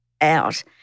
out